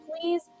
please